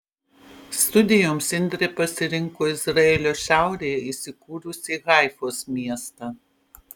studijoms indrė pasirinko izraelio šiaurėje įsikūrusį haifos miestą